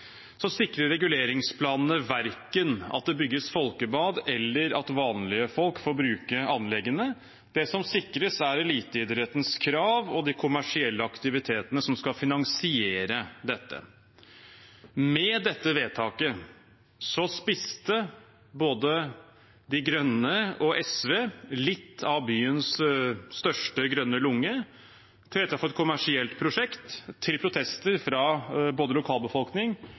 sikrer verken at det bygges folkebad eller at vanlige folk får bruke anleggene. Det som sikres, er eliteidrettens krav og de kommersielle aktivitetene som skal finansiere dette. Med dette vedtaket spiste både De Grønne og SV litt av byens største grønne lunge til fordel for et kommersielt prosjekt, til protester fra både lokalbefolkning